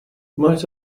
might